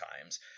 times